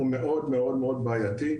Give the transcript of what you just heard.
הוא מאוד מאוד בעייתי,